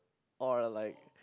or like